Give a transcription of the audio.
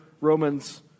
Romans